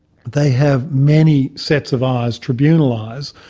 they have many sets of eyes, tribunal eyes,